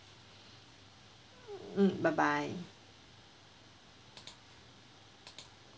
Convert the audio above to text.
mm bye bye